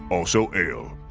also ale!